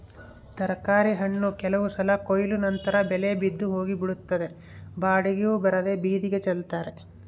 ತರಕಾರಿ ಹಣ್ಣು ಕೆಲವು ಸಲ ಕೊಯ್ಲು ನಂತರ ಬೆಲೆ ಬಿದ್ದು ಹೋಗಿಬಿಡುತ್ತದೆ ಬಾಡಿಗೆಯೂ ಬರದೇ ಬೀದಿಗೆ ಚೆಲ್ತಾರೆ